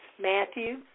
Matthew